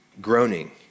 groaning